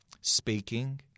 speaking